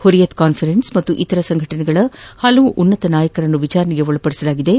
Hurriyat conference ಮತ್ತು ಇತರ ಸಂಘಟನೆಗಳ ಹಲವು ಉನ್ಸತ ನಾಯಕರನ್ನು ತಾನು ವಿಚಾರಣೆಗೆ ಒಳಪಡಿಸಿದ್ದು